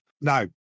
Now